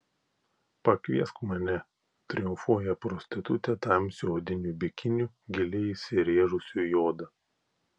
pakviesk mane triumfuoja prostitutė tamsiu odiniu bikiniu giliai įsirėžusiu į odą